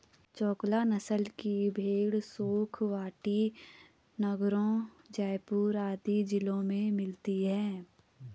चोकला नस्ल की भेंड़ शेखावटी, नागैर, जयपुर आदि जिलों में मिलती हैं